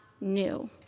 new